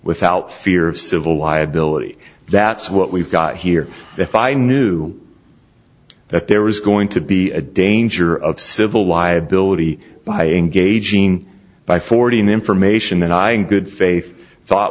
without fear of civil liability that's what we've got here if i knew that there was going to be a danger of civil liability by engaging by forty in information that i good faith thought